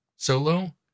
Solo